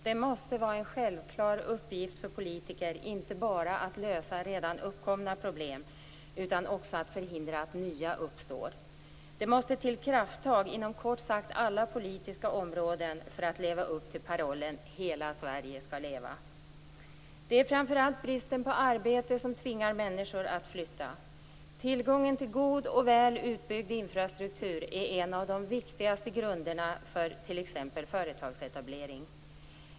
Det måste vara en självklar uppgift för politiker att inte bara lösa redan uppkomna problem utan att också förhindra att nya uppstår. Det måste till krafttag inom kort sagt alla politiska områden för att leva upp till parollen om att hela Sverige skall leva. Det är framför allt bristen på arbete som tvingar människor att flytta. Tillgången till god och väl utbyggd infrastruktur är en av de viktigaste grunderna för t.ex. företagsetablering.